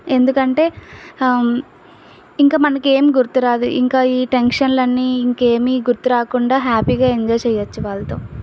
ఎందుకంటే ఇంక మనకేం గుర్తురాదు ఇంకా ఈ టెన్షన్లన్నీ ఇంకేమీ గుర్తు రాకుండా హ్యాపీగా ఎంజాయ్ చేయచ్చు వాళ్ళతో